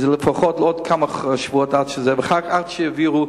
וזה לפחות עוד כמה שבועות עד שיעבירו.